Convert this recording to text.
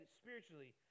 spiritually